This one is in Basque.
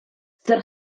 zer